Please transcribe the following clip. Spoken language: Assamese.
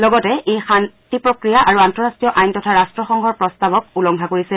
লগতে ই শান্তি প্ৰক্ৰিয়া আৰু আন্তঃৰাষ্টীয় আইন তথা ৰাট্টসংঘৰ প্ৰস্তাৱক উলংঘা কৰিছে